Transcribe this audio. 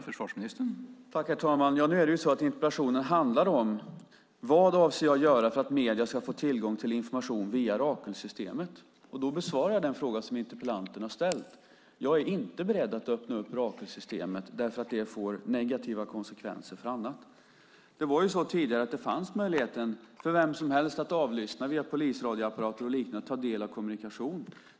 Herr talman! Interpellationen handlade om vad jag avser att göra för att medierna ska få tillgång till information via Rakelsystemet, och jag besvarade den fråga som interpellanten ställde. Jag är inte beredd att öppna upp Rakelsystemet, för det får negativa konsekvenser för annat. Tidigare fanns det möjlighet för vem som helst att ta del av kommunikation genom avlyssning via polisradioapparater och liknande.